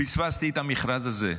פספסתי את המכרז הזה,